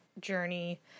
journey